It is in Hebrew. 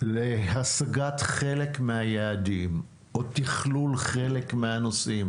להשגת חלק מהיעדים או תכלול חלק מהנושאים